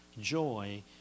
joy